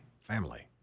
family